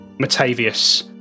Matavius